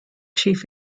chief